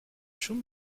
true